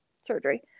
surgery